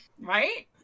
right